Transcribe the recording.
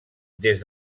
des